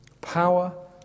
Power